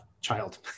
child